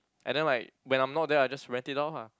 and then like when I'm not there I will just rent it out lah